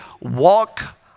walk